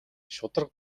шударга